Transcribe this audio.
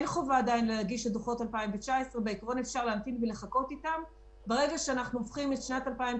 אפשר לעשות את זה.